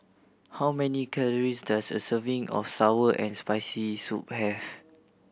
how many calories does a serving of sour and Spicy Soup have